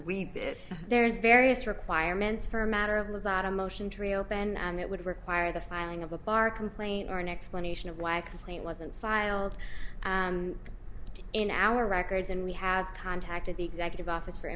get there's various requirements for a matter of lazard a motion to reopen and it would require the filing of a bar complaint or an explanation of why a complaint wasn't filed in our records and we had contacted the executive office for